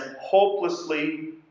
hopelessly